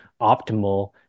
optimal